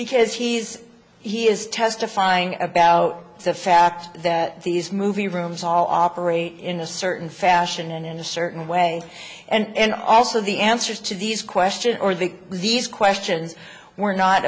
because he is he is testifying about the fact that these movie rooms all operate in a certain fashion in a certain way and also the answers to these questions or the these questions were not